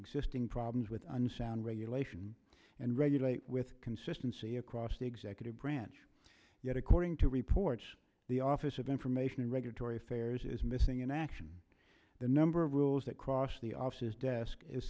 existing problems with unsound regulation and regulate with consistency across the executive branch yet according to reports the office of information and regulatory affairs is missing in action the number of rules that cross the office desk is